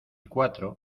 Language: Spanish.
cuatro